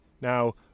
now